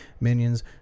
Minions